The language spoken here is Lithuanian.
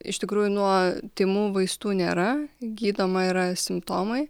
iš tikrųjų nuo tymų vaistų nėra gydoma yra simptomai